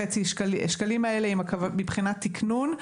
מיליון שקלים האלה מבחינת תיקנון.